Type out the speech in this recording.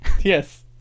Yes